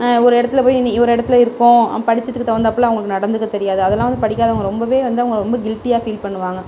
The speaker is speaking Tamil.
ஒரு இடத்துல போய் நின்று ஒரு இடத்துல போய் இருக்கோம் படிச்சதுக்கு தவுந்தாப்பில் அவங்களுக்கு நடந்துக்க தெரியாது அதெலாம் வந்து படிக்காதவங்க ரொம்பவே வந்து அவங்களை வந்து ரொம்ப கில்ட்டியா ஃபீல் பண்ணுவாங்க